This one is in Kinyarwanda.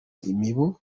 imibu